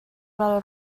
ral